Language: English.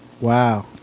Wow